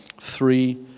three